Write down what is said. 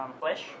flesh